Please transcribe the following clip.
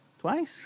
Twice